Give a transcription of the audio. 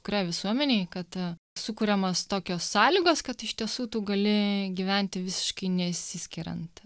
kuriai visuomenei kad sukuriamos tokios sąlygos kad iš tiesų tu gali gyventi visiškai nesiskiriant